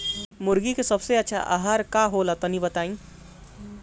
मुर्गी के सबसे अच्छा आहार का होला तनी बताई?